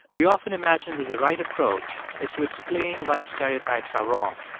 we often imagine that the right approach is to explain why the stereotypes are wrong.